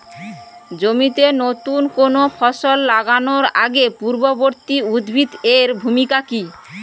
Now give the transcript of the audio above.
জমিতে নুতন কোনো ফসল লাগানোর আগে পূর্ববর্তী উদ্ভিদ এর ভূমিকা কি?